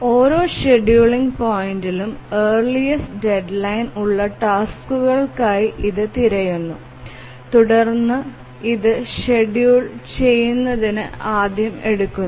ഓരോ ഷെഡ്യൂളിംഗ് പോയിന്റിലും earliest deadline ഉള്ള ടാസ്ക്കുകൾക്കായി ഇത് തിരയുന്നു തുടർന്ന് ഇത് ഷെഡ്യൂൾ ചെയ്യുന്നതിന് ആദ്യം എടുക്കും